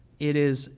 it is